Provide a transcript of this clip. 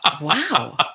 Wow